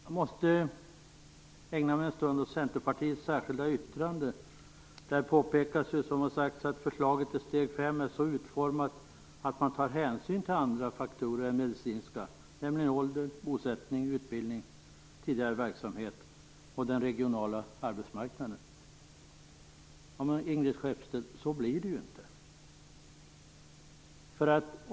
Jag måste ägna mig en stund åt Centerpartiets särskilda yttrande. Där påpekas att förslaget i steg 5 är så utformat att man tar hänsyn till andra faktorer än medicinska, nämligen ålder, bosättning, utbildning, tidigare verksamhet och den regionala arbetsmarknaden. Ingrid Skeppstedt! Så blir det inte.